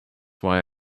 why